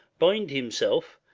bind himself,